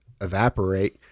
evaporate